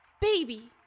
Baby